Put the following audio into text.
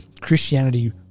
Christianity